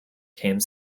came